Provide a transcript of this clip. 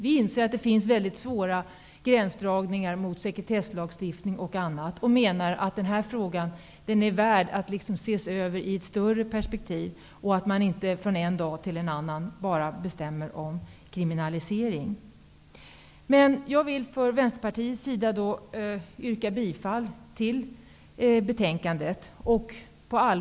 Vi inser att det finns mycket svåra gränsdragningar mot sekretesslagstiftning och annat, och vi menar att den här frågan är värd att ses över i ett större perspektiv och att man inte från en dag till en annan bara bestämmer om kriminalisering. Jag vill för Vänsterpartiets del yrka bifall till utskottets hemställan.